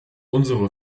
unsere